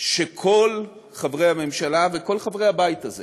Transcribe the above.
שכל חברי הממשלה וכל חברי הבית הזה